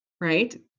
right